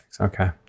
okay